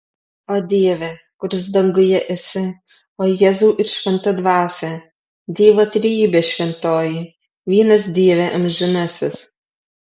o dieve kurs danguje esi o jėzau ir šventa dvasia dievo trejybe šventoji vienas dieve amžinasis